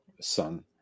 son